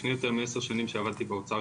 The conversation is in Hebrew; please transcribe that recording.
לפני יותר מעשר שנים שעבדתי באוצר,